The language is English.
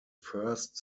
first